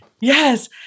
Yes